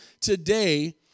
today